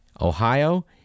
Ohio